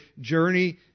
journey